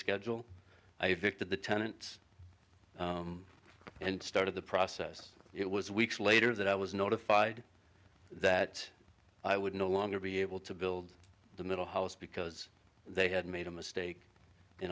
schedule i think that the tenants and started the process it was weeks later that i was notified that i would no longer be able to build the middle house because they had made a mistake